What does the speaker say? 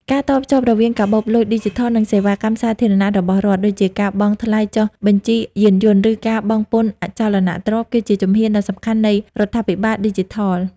ការតភ្ជាប់រវាងកាបូបលុយឌីជីថល និងសេវាកម្មសាធារណៈរបស់រដ្ឋ ដូចជាការបង់ថ្លៃចុះបញ្ជីយានយន្ត ឬការបង់ពន្ធអចលនទ្រព្យ គឺជាជំហានដ៏សំខាន់នៃរដ្ឋាភិបាលឌីជីថល។